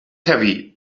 heavy